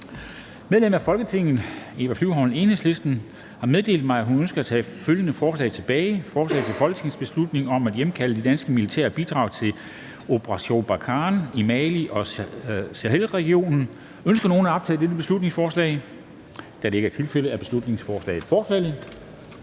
Medlemmer af Folketinget Eva Flyvholm (EL) m.fl. har meddelt mig, at de ønsker at tage følgende forslag tilbage: Forslag til folketingsbeslutning om at hjemkalde de danske militære bidrag til »Operation Barkhane« i Mali og Sahelregionen. (Beslutningsforslag nr. B 78). Ønsker nogen at optage dette beslutningsforslag? Da det ikke er tilfældet, er beslutningsforslaget bortfaldet.